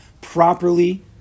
properly